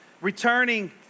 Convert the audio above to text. Returning